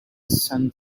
sun